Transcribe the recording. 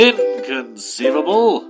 Inconceivable